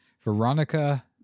Veronica